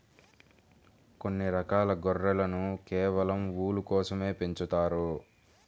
కొన్ని రకాల గొర్రెలను కేవలం ఊలు కోసమే పెంచుతారు